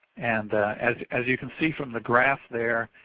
and as as you can see from the graph there